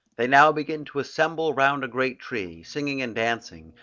they now begin to assemble round a great tree singing and dancing,